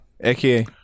aka